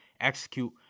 execute